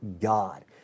God